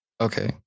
Okay